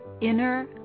Inner